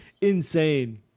insane